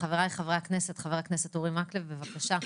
חבריי חברי הכנסת חבר הכנסת אורי מקלב, בבקשה.